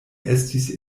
estis